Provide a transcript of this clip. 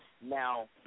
Now